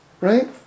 Right